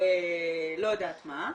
לא יודעת מה,